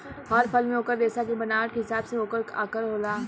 हर फल मे ओकर रेसा के बनावट के हिसाब से ओकर आकर होला